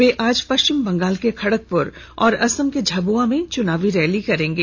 वे आज पश्चिम बंगाल के खड़गपुर और असम के झाबुआ में चुनावी रैली करेंगे